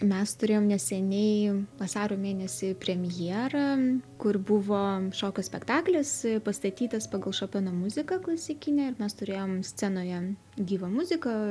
mes turėjom neseniai vasario mėnesį premjerą kur buvo šokio spektaklis pastatytas pagal šopeno muziką klasikinę ir mes turėjom scenoje gyvą muziką